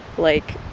like,